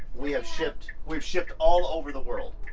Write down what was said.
we have shipped, we've shipped all over the world.